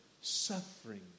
suffering